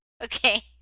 Okay